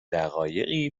دقایقی